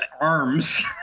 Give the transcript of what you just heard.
ARMS